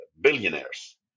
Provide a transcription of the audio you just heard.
billionaires